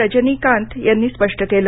रजनी कांत यांनी स्पष्ट केलं